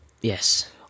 yes